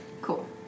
Cool